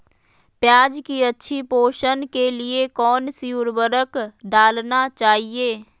प्याज की अच्छी पोषण के लिए कौन सी उर्वरक डालना चाइए?